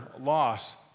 loss